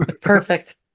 perfect